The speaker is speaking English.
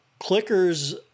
Clickers